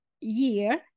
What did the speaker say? year